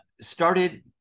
started